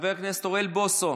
חבר הכנסת אוריאל בוסו,